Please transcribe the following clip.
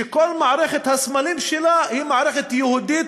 וכל מערכת הסמלים שלה היא מערכת יהודית,